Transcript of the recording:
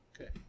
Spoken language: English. Okay